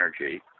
energy